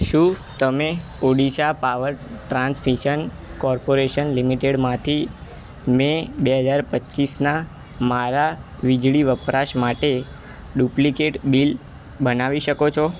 શું તમે Odisha power transmission corporation લિમિટેડમાંથી મે બે હજાર પચીસના મારા વીજળી વપરાશ માટે ડુપ્લિકેટ બિલ બનાવી શકો છો